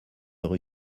rue